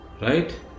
right